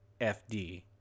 FD